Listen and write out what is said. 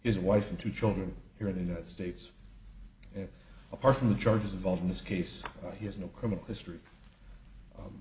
one is wife and two children here in the united states and apart from the charges involved in this case he has no criminal history